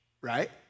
right